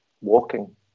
walking